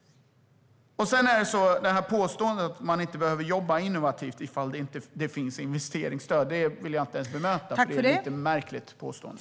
Sedan har vi påståendet att man inte behöver jobba innovativt om det finns investeringsstöd. Det vill jag inte ens bemöta, för det är ett så märkligt påstående.